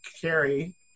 Carrie